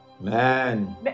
Man